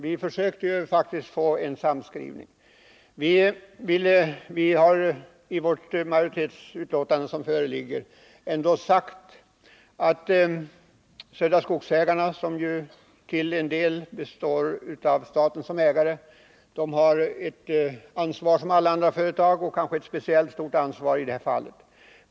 Vi försökte faktiskt få till stånd en samskrivning. I det föreliggande majoritetsutlåtandet har vi sagt att Södra Skogsägarna, som ju till en del ägs av staten, har ett ansvar som alla andra företag och kanske ett speciellt stort ansvar i det här fallet.